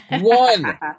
One